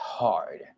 Hard